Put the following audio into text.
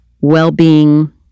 well-being